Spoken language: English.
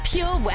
Pure